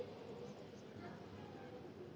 సాధనాల ఉదాహరణలు ఏమిటీ?